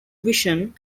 vision